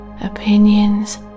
opinions